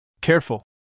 Careful